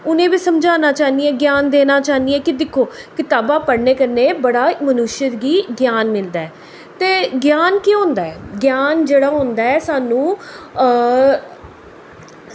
उ'नेंगी गी बी समझाना चाह्न्नी आं ज्ञान देना चाह्न्नी आं कि दिक्खो कताबां पढ़ने कन्नै बड़ा मनुष्य गी ज्ञान मिलदा ऐ ते ज्ञान केह् होंदा ऐ ज्ञान जेह्ड़ा होंदा ऐ सानूं